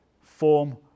form